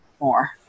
more